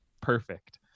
perfect